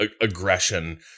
aggression